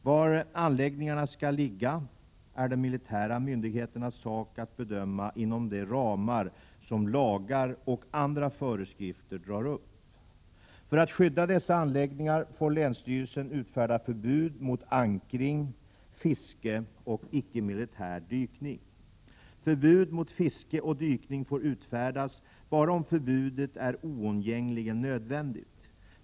Var anläggningarna skall ligga är de militära myndigheternas sak att bedöma, inom de ramar som lagar och andra föreskrifter drar upp. För att skydda dessa anläggningar får länsstyrelsen utfärda förbud mot ankring, fiske och icke militär dykning. Förbud mot fiske och dykning får utfärdas bara om förbudet är oundgängligen nödvändigt.